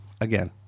Again